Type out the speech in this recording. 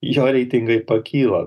jo reitingai pakyla